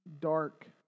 dark